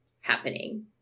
happening